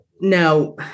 Now